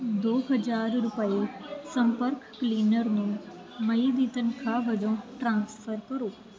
ਦੋ ਹਜਾਰ ਰੁਪਏ ਸੰਪਰਕ ਕਲੀਨਰ ਨੂੰ ਮਈ ਦੀ ਤਨਖਾਹ ਵਜੋਂ ਟ੍ਰਾਂਸਫਰ ਕਰੋ